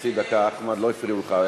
חצי דקה, אחמד, לא הפריעו לך.